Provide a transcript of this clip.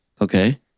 Okay